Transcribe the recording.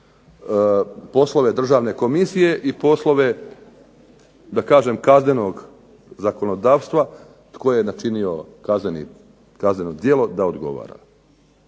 poslove Državne komisije i poslove, da kažem, kaznenog zakonodavstva, tko je načinio kazneno djelo da odgovara.